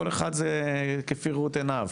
כל אחד זה כפי ראות עיניו,